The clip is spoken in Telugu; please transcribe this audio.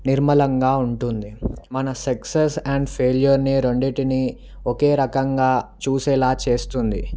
నిర్మలంగా ఉంటుంది మన సక్సెస్ అండ్ ఫెయిల్యూర్ని రెండింటిని ఒకే రకంగా చూసేలా చేస్తుంది